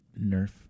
Nerf